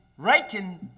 Reichen